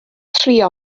trio